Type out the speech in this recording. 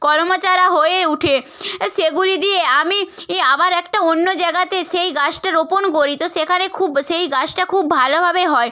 কলম ও চারা হয়ে উঠে সেগুলি দিয়ে আমি ই আবার একটা অন্য জায়গাতে সেই গাছটা রোপণ করি তো সেখানে খুব সেই গাছটা খুব ভালোভাবে হয়